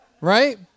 right